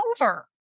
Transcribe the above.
over